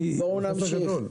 בואו נמשיך.